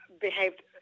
behaved